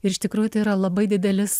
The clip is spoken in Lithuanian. ir iš tikrųjų tai yra labai didelis